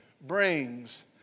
brings